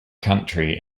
country